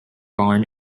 born